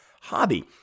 hobby